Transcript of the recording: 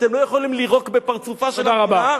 אתם לא יכולים לירוק בפרצופה של המדינה,